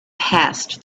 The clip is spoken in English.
passed